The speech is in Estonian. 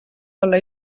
olla